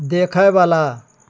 देखएवला